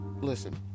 Listen